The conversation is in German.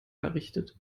errichtet